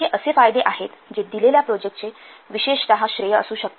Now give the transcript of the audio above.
हे असे फायदे आहेत जे दिलेल्या प्रोजेक्टचे विशेषतः श्रेय असू शकतात